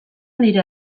nire